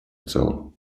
целом